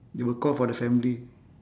they will call for the family